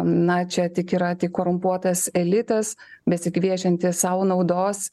na čia tik yra tik korumpuotas elitas besigviešiantis sau naudos